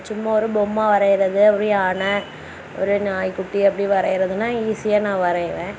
சும்மா ஒரு பொம்மை வரைகிறது ஒரு யானை ஒரு நாய்க்குட்டி அப்படி வரைகிறதுனா ஈஸியாக நான் வரையுவேன்